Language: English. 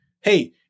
hey